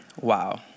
wow